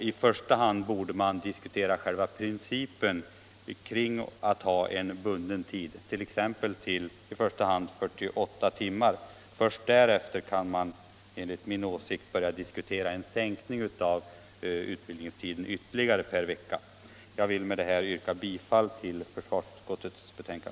I första hand borde man diskutera själva principen om att ha en bunden tid, t.ex. 48 timmar. Först därefter kan man enligt min åsikt börja dis kutera en ytterligare sänkning av utbildningstiden per vecka. Med det anförda yrkar jag bifall till utskottets hemställan.